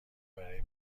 برای